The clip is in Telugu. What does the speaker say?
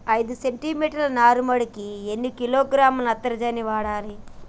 ఐదు సెంటి మీటర్ల నారుమడికి ఎన్ని కిలోగ్రాముల నత్రజని వాడాలి?